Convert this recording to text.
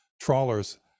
trawlers